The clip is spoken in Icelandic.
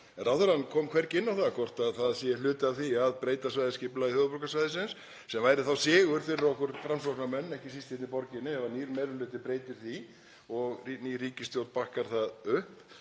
ráðherrann kom hvergi inn á það hvort það sé hluti af því að breyta svæðisskipulagi höfuðborgarsvæðisins, sem væri þá sigur fyrir okkur Framsóknarmenn, ekki síst hérna í borginni, ef nýr meiri hluti breytir því og ný ríkisstjórn bakkar það upp.